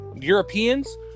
Europeans